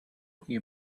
talking